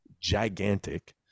gigantic